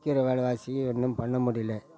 விற்கிற விலவாசிக்கு ஒன்றும் பண்ண முடியல